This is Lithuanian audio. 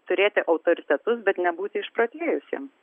turėti autoritetus bet nebūti išprotėjusiems